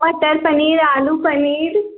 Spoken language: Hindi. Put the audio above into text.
मटर पनीर आलू पनीर